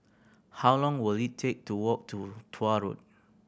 how long will it take to walk to Tuah Road